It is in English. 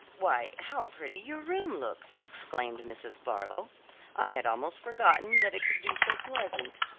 why, how pretty your room looks, exclaimed mrs. barlow i had almost forgotten that it could be so pleasant.